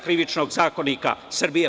Krivičnog zakonika Srbije?